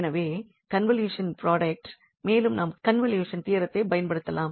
எனவே convolution product மேலும் நாம் கண்வொலுஷன் தியரத்தை பயன்படுத்தலாம்